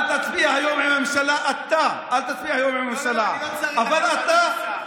אתה, אל תצביע היום עם הממשלה, אבל אתה,